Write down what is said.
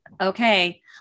Okay